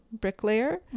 bricklayer